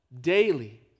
daily